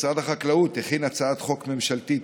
משרד החקלאות הכין הצעת חוק ממשלתית,